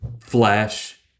flash